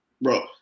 Bro